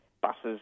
buses